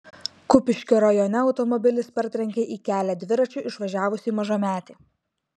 kupiškio rajone automobilis partrenkė į kelią dviračiu išvažiavusį mažametį